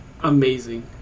amazing